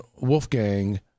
Wolfgang